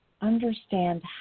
understand